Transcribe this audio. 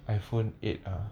iphone eight ah